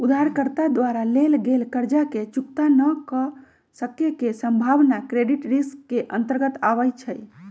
उधारकर्ता द्वारा लेल गेल कर्जा के चुक्ता न क सक्के के संभावना क्रेडिट रिस्क के अंतर्गत आबइ छै